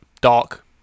dark